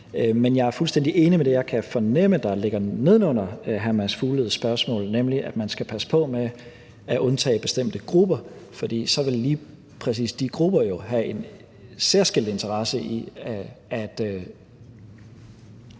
Men jeg er fuldstændig enig i det, som jeg kan fornemme ligger neden under hr. Mads Fugledes spørgsmål, nemlig at man skal passe på med at undtage bestemte grupper, for så vil lige præcis de grupper jo i hvert fald ikke få fjernet